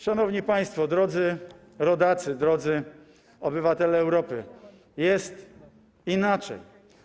Szanowni państwo, drodzy rodacy, drodzy obywatele Europy, jest inaczej.